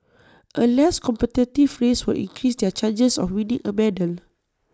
A less competitive race would increase their chances of winning A medal